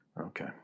Okay